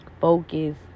focus